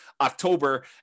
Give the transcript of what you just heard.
October